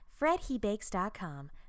FredHeBakes.com